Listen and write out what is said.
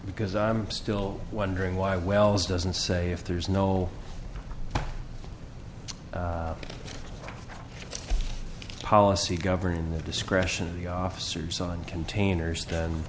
because i'm still wondering why wells doesn't say if there's no policy govern the discretion of the officers on containers